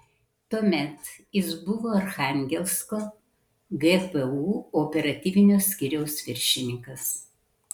tuomet jis buvo archangelsko gpu operatyvinio skyriaus viršininkas